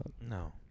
No